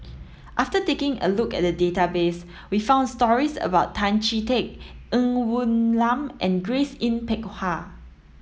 after taking a look at the database we found stories about Tan Chee Teck Ng Woon Lam and Grace Yin Peck Ha